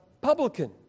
publican